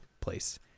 place